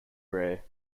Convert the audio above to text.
rare